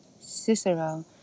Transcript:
Cicero